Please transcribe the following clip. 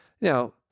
Now